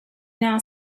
now